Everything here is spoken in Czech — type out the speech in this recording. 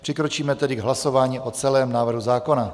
Přikročíme tedy k hlasování o celém návrhu zákona.